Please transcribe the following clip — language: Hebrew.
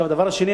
הדבר השני,